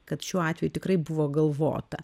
kad šiuo atveju tikrai buvo galvota